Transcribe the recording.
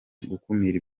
gukumira